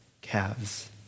calves